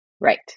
Right